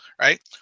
right